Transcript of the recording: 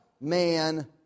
man